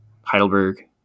heidelberg